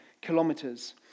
kilometres